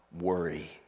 worry